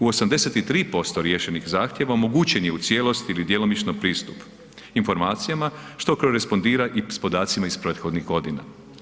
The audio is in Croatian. U 83% riješenih zahtjeva omogućen je u cijelosti ili djelomično pristup informacija, što korespondira i s podacima iz prethodnih godina.